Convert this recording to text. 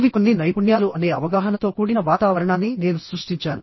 ఇవి కొన్ని నైపుణ్యాలు అనే అవగాహనతో కూడిన వాతావరణాన్ని నేను సృష్టించాను